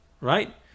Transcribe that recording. right